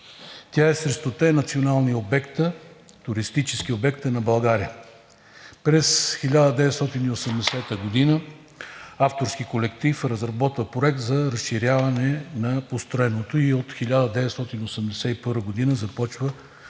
Тя е сред 100-те национални туристически обекта на България. През 1980 г. авторски колектив разработва проект за разширяване на построеното и от 1981 г. започват